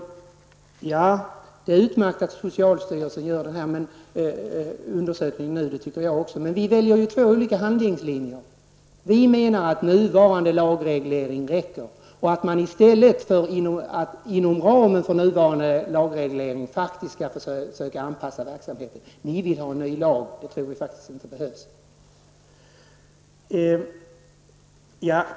Också jag tycker att det är utmärkt att socialstyrelsen gör en undersökning. Valet står dock mellan två olika handlingslinjer. Vi menar att nuvarande lagreglering räcker till. Vi tycker att man inom ramen för nuvarande lagreglering skall försöka anpassa verksamheten. Ni däremot vill ha en ny lag. Vi tror alltså inte att en sådan behövs.